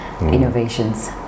innovations